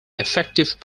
effective